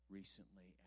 recently